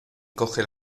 coge